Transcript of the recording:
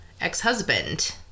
ex-husband